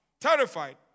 terrified